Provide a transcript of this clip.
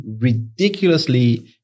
ridiculously